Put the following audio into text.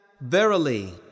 Verily